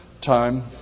Time